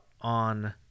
on